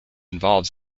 involves